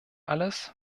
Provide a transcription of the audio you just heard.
alles